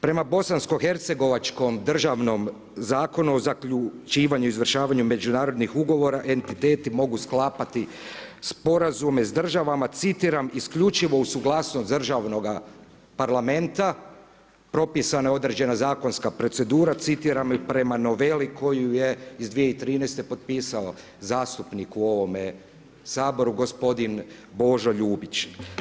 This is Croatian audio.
Prema Bosansko hercegovačkom državnom zakonu o zaključivanju izvršavanju međunarodnih ugovora entiteti mogu sklapati sporazume s državama citiram isključivo uz suglasnost državnoga parlamenta, propisana je određena zakonska procedura citiram prema noveli koju je iz 2013. potpisao zastupnik u ovome Saboru gospodin Božo Ljubić.